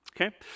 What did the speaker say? okay